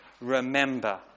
Remember